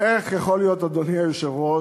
איך יכול להיות, אדוני היושב-ראש,